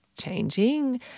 changing